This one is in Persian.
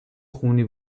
خونی